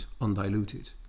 undiluted